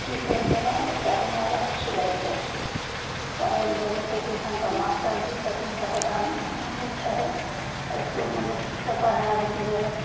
कि करिके बालबच्चाकेँ माइबाप खिलेतै पढ़ै ले भेजै छै टीसन तऽ मास्टर दुइ सओ तीन सओ टका महिनामे लै छै इसकुलमे जे ठीकसे पढ़ाइ होतिए